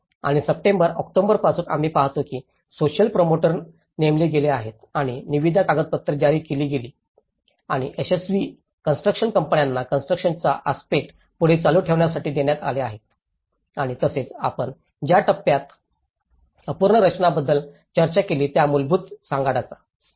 आणि सप्टेंबर ऑक्टोबरपासून आम्ही पाहतो की सोसिअल प्रोमोटर नेमले गेले आहेत आणि निविदा कागदपत्रे जारी केली गेली आहेत आणि यशस्वी कॉन्स्ट्रुकशन कंपन्यांना कॉन्स्ट्रुकशनांचा आस्पेक्टस पुढे चालू ठेवण्यासाठी देण्यात आले आहेत आणि येथेच आपण ज्या टप्प्यात अपूर्ण रचनाबद्दल चर्चा केली त्या मूलभूत सांगाडाचा